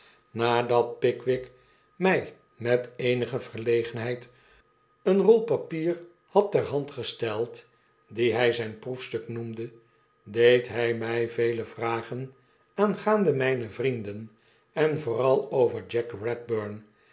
nadat pickwick my met eenige verlegenheid eene rol papier had ter hand gesteld die hy zyn m proefstuk noemde deed hij my vele vragen aangaande myne vrienden en vooral over jack